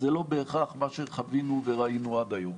זה לא בהכרח מה שחווינו וראינו עד היום.